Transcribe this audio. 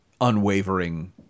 unwavering